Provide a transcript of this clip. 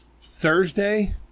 Thursday